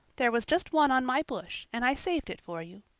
there was just one on my bush, and i saved it for you.